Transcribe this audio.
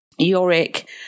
Yorick